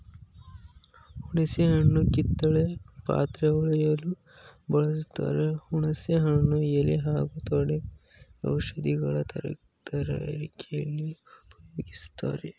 ಹುಣಸೆ ಹಣ್ಣು ಹಿತ್ತಾಳೆ ಪಾತ್ರೆ ತೊಳೆಯಲು ಬಳಸ್ತಾರೆ ಹುಣಸೆ ಹಣ್ಣು ಎಲೆ ಹಾಗೂ ತೊಗಟೆ ಔಷಧಗಳ ತಯಾರಿಕೆಲಿ ಉಪ್ಯೋಗಿಸ್ತಾರೆ